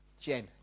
Jen